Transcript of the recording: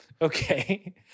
Okay